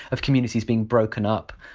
of communities being broken up,